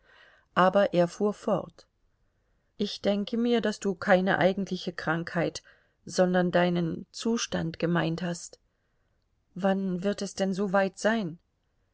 aber er fuhr fort ich denke mir daß du keine eigentliche krankheit sondern deinen zustand gemeint hast wann wird es denn soweit sein